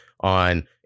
on